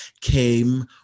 came